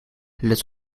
let